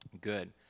Good